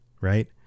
Right